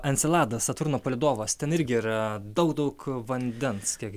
enceladas saturno palydovas ten irgi yra daug daug vandens kiek